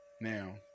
Now